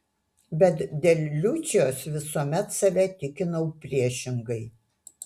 bet dėl liučijos visuomet save tikinau priešingai